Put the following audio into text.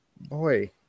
boy